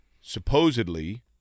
Supposedly